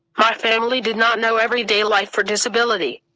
my family did not know every day life for disability.